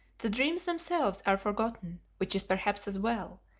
the dreams themselves are forgotten, which is perhaps as well,